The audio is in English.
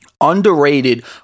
underrated